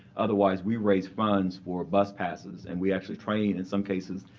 otherwise we raise funds for bus passes. and we actually train, in some cases,